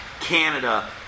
Canada